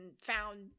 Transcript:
found